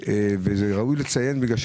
ראוי לציין את זה.